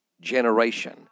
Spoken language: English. generation